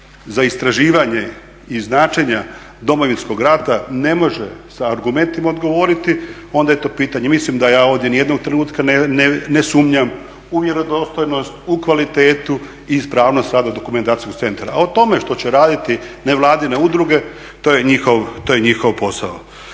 za istraživanje i značenja Domovinskog rata ne može sa argumentima odgovoriti onda je to pitanje. I mislim da ja ovdje ni jednog trenutka ne sumnjam u vjerodostojnost, u kvalitetu i ispravnost rada Dokumentacijskog centra a o tome što će raditi nevladine udruge to je njihov posao.